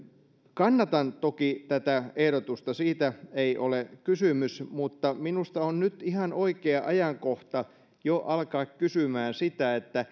kannatan toki tätä ehdotusta siitä ei ole kysymys mutta minusta on nyt ihan oikea ajankohta jo alkaa kysymään sitä